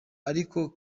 ariko